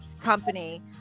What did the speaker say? company